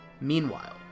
Meanwhile